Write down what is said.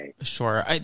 sure